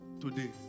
today